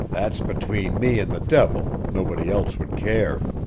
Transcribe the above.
that's between me and the devil nobody else would care.